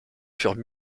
furent